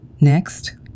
Next